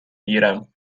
گیرم